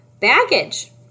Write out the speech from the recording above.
baggage